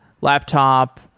laptop